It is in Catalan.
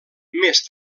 més